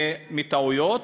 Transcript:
מטעויות.